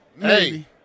Hey